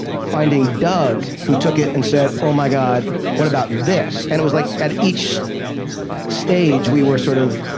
finding doug who took it and said, oh, my god. what about this? and it was like, at each stage we were sort of,